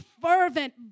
fervent